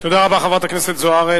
תודה רבה, חברת הכנסת זוארץ.